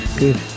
good